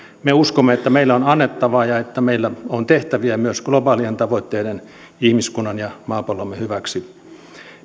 me uskomme että meillä on annettavaa ja että meillä on tehtäviä myös globaalien tavoitteiden ihmiskunnan ja maapallomme hyväksi